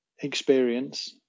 experience